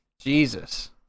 Jesus